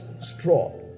straw